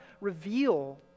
Reveal